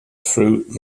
fruit